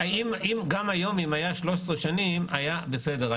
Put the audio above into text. גם היום, אם היה 13 שנים זה היה בסדר.